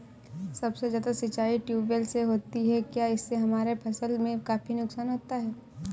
सबसे ज्यादा सिंचाई ट्यूबवेल से होती है क्या इससे हमारे फसल में काफी नुकसान आता है?